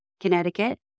Connecticut